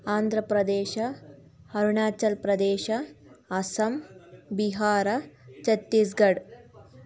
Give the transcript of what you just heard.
Andhra Pradesh Arunachal Pradesh Assam Bihar Chhattisgarh